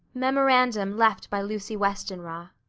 memorandum left by lucy westenra.